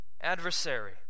adversary